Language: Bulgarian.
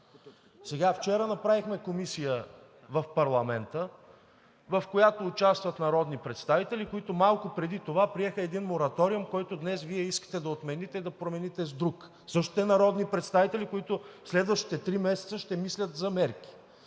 Вчера направихме комисия в парламента, в която участват народни представители, които малко преди това приеха един мораториум, който днес Вие искате да отмените и да промените с друг – същите народни представители, които следващите 3 месеца ще мислят за мерки.